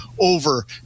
over